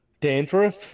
dandruff